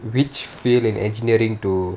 which field in engineering to